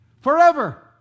forever